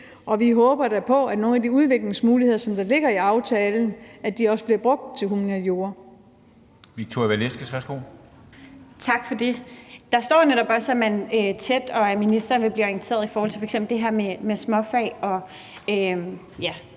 Vi håber da på, at nogle af de udviklingsmuligheder, der ligger i aftalen, også bliver brugt til humaniora.